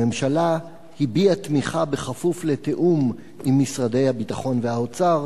הממשלה הביעה תמיכה בכפוף לתיאום עם משרדי הביטחון והאוצר,